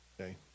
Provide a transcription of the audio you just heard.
Okay